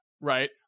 right